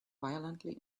violently